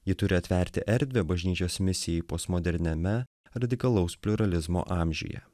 ji turi atverti erdvę bažnyčios misijai postmoderniame radikalaus pliuralizmo amžiuje